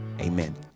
amen